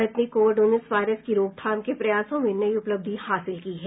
भारत ने कोविड उन्नीस वायरस की रोकथाम के प्रयासों में नई उपलब्धि हासिल की है